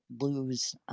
lose